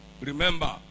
remember